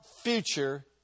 future